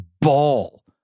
ball